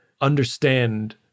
understand